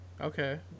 Okay